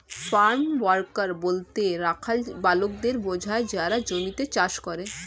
farm worker বলতে রাখাল বালকদের বোঝায় যারা জমিতে চাষ করে